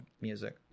music